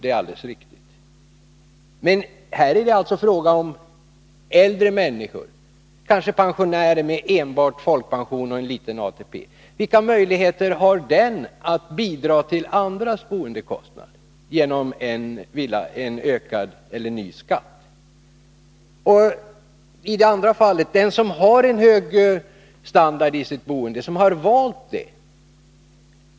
Det är alldeles riktigt. Men det är alltså fråga om äldre människor, kanske pensionärer med enbart folkpension och liten ATP. Vilka möjligheter har de att bidra till andras boendekostnader genom en ökad eller ny skatt? Ett annat fall gäller den som har en hög standard i sitt boende och som har valt det.